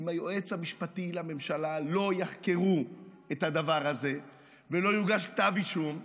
אם היועץ המשפטי לממשלה לא יחקרו את הדבר הזה ולא יוגש כתב אישום,